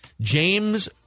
James